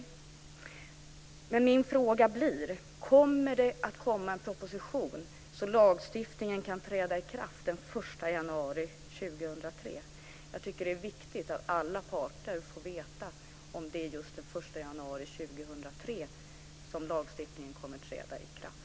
Min fråga blir: Kommer det en proposition så att lagstiftningen kan träda i kraft den 1 januari 2003? Jag tycker att det är viktigt att alla parter får veta om det är just den 1 januari 2003 som lagstiftningen kommer att träda i kraft.